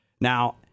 Now